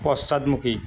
পশ্চাদমুখী